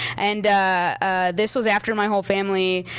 and this was after my whole family